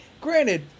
Granted